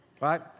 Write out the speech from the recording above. Right